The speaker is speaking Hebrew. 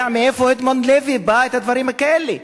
מאיפה אדמונד לוי הביא את הדברים האלה,